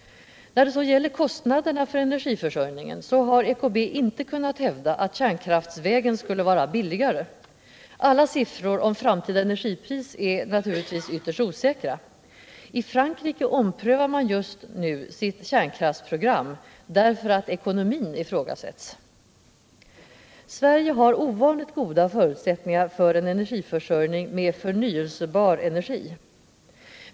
När det gäller kostnaderna för energiförsörjningen har EKB inte kunnat hävda att kärnkraftsvägen skulle vara billigare. Alla siffror om framtida energipris är naturligtvis ytterst osäkra. I Frankrike omprövar man just nu sitt kärnkraftsprogram, därför att ekonomin ifrågasätts. Sverige har ovanligt goda förutsättningar för en energiförsörjning med förnyelsebar energi.